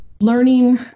learning